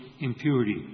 impurity